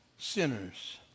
sinners